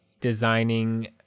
designing